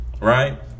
Right